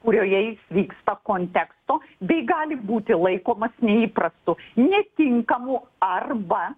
kurioje jis vyksta konteksto bei gali būti laikomas neįprastu netinkamu arba